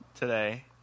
today